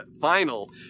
final